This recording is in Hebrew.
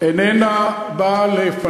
עבר לחורה.